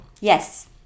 yes